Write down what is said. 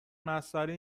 مساله